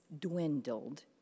dwindled